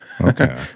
Okay